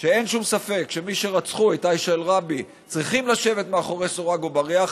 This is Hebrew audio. שאין שום ספק שמי שרצחו את עאישה ראבי צריכים לשבת מאחורי סורג ובריח.